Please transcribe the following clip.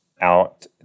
out